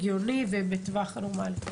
הגיוני ובטווח הנורמלי.